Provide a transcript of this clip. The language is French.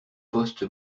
poste